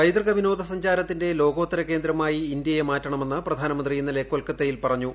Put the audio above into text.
പൈതൃക വിനോദസഞ്ചാരത്തിന്റെ ലോക്ടോത്തര് കേന്ദ്രമായി ഇന്ത്യയെ മാറ്റണമെന്ന് പ്രധാനമന്ത്രി ഇന്നലെ കെഴ്ൽക്ക്ത്തയിൽ പറഞ്ഞു